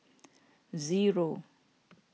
zero